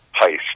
heist